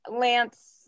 Lance